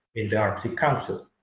in the arctic council.